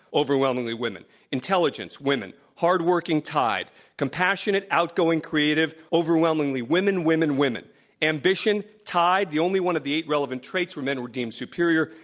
overwhelmingly women intelligence, women hard working tied compassionate, outgoing, creative, overwhelmingly women, women, women ambition, tied. the only one of the eight relevant traits where men were deemed superior,